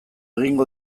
egingo